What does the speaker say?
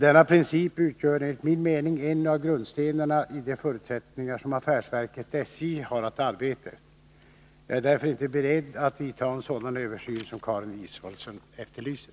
Denna princip utgör enligt min mening en av grundstenarna i de förutsättningar som affärsverket SJ har att arbeta efter. Jag är därför inte beredd att göra en sådan översyn som Karin Israelsson efterlyser.